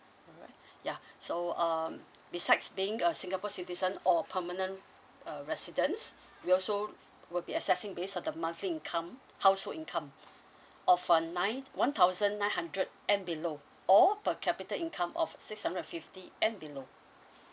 ya so um besides being a singapore citizen or permanent uh residents we also will be assessing based on the monthly income household income of a nine one thousand nine hundred and below or per capita income of six hundred fifty and below